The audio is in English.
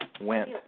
Went